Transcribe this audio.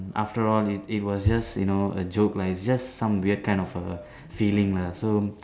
after all it it was just you know a joke lah it's just some weird kind of a feeling lah so